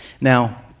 Now